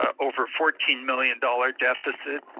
over fourteen million dollars deficit.